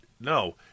no